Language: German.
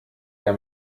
der